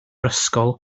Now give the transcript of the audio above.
ysgol